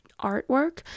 artwork